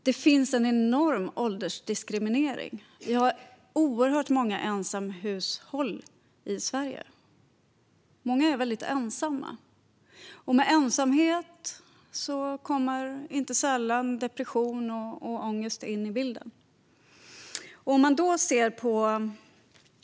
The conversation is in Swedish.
Det finns en åldersdiskriminering. Vi har oerhört många ensamhushåll i Sverige. Många är väldigt ensamma, och med ensamhet kommer inte sällan depression och ångest in i bilden.